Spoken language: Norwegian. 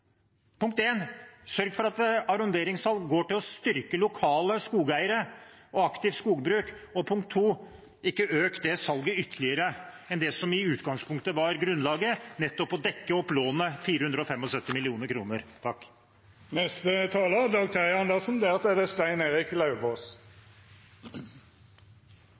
Punkt en: Sørg for at arronderingssalg går til å styrke lokale skogeiere og aktivt skogbruk, og – punkt to – ikke øk det salget ytterligere fra det som i utgangspunktet var grunnlaget, nemlig å dekke opp lånet på 475 mill. kr. Jeg er veldig glad for at vi får denne diskusjonen. Utgangspunktet er,